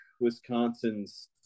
wisconsin's